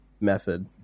method